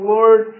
Lord